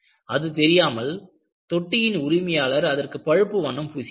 அது தெரியாமல் தொட்டியின் உரிமையாளர் அதற்கு பழுப்பு வண்ணம் பூசினார்